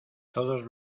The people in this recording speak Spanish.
todos